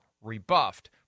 rebuffed